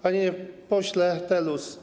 Panie Pośle Telus!